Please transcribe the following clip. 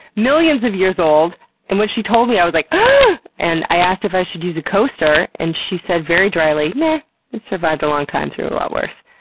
millions of years old! and when she told me, i was like and i asked if i should use a coaster, and she said very dryly, nah, it's survived a long time through a lot worse.